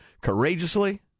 courageously